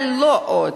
אבל לא עוד.